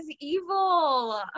evil